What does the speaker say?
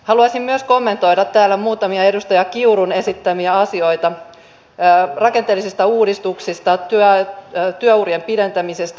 haluaisin myös kommentoida täällä muutamia edustaja kiurun esittämiä asioita rakenteellisista uudistuksista työurien pidentämisestä